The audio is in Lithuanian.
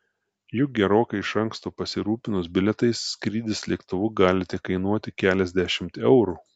juk gerokai iš anksto pasirūpinus bilietais skrydis lėktuvu gali tekainuoti keliasdešimt eurų